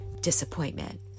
disappointment